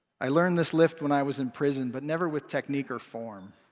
i learned this lift when i was in prison, but never with technique or form.